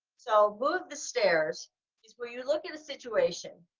so move the stairs is where you look at a situation,